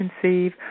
conceive